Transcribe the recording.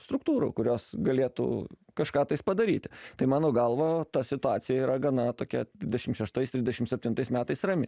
struktūrų kurios galėtų kažką tais padaryti tai mano galva ta situacija yra gana tokia dvidešim šeštais trisdešim septintais metais rami